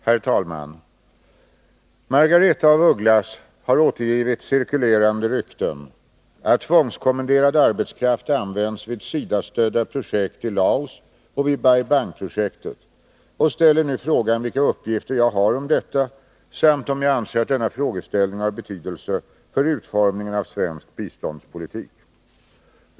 Herr talman! Margaretha af Ugglas har återgivit cirkulerande rykten att tvångskommenderad arbetskraft används vid SIDA-understödda projekt i Laos och vid Bai Bang-projektet och ställer nu frågan vilka uppgifter jag har om detta samt om jag anser att denna frågeställning har betydelse för utformningen av svensk biståndspolitik.